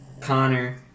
Connor